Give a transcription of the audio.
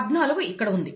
14 ఇక్కడ ఉంది